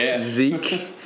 Zeke